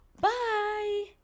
bye